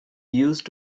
used